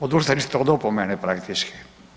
Odustali ste od opomene, praktički.